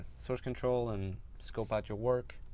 source control and scope out your work,